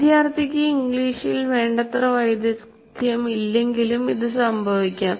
വിദ്യാർത്ഥിക്ക് ഇംഗ്ലീഷിൽ വേണ്ടത്ര വൈദഗ്ദ്ധ്യം ഇല്ലെങ്കിലും ഇത് സംഭവിക്കാം